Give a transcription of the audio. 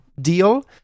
deal